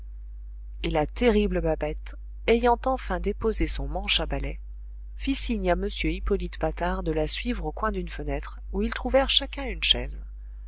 et la terrible babette ayant enfin déposé son manche à balai fit signe à m hippolyte patard de la suivre au coin d'une fenêtre où ils trouvèrent chacun une chaise